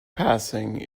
passing